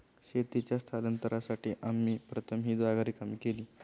शेतीच्या स्थलांतरासाठी आम्ही प्रथम ही जागा रिकामी केली